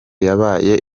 yabaye